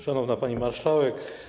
Szanowna Pani Marszałek!